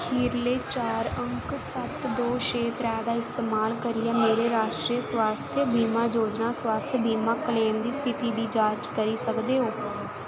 खीरले चार अंक सत्त दो छे त्रै राश्ट्री स्वास्थ्य बीमा योजना स्वास्थ्य बीमा क्लेम दी स्थिति दी जांच करी सकदे ओ